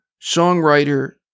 songwriter